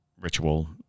ritual